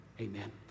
amen